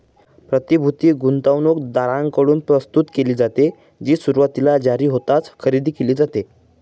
प्रतिभूती गुंतवणूकदारांकडून प्रस्तुत केली जाते, जी सुरुवातीला जारी होताच खरेदी केली जाते